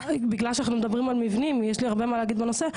בגלל שאנחנו מדברים על מבנים יש לי הרבה מה להגיד בנושא,